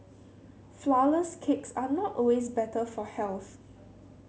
flourless cakes are not always better for health